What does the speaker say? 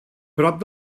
prop